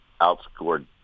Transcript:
outscored